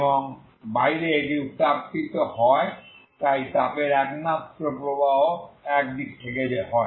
এবং বাইরে এটি উত্তাপিত হয় তাই তাপের একমাত্র প্রবাহ এক দিক থেকে হয়